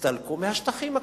תסתלקו מהשטחים הכבושים.